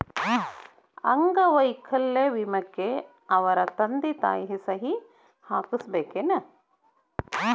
ಅಂಗ ವೈಕಲ್ಯ ವಿಮೆಕ್ಕ ಅವರ ತಂದಿ ತಾಯಿ ಸಹಿ ಹಾಕಸ್ಬೇಕೇನು?